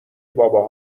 بابا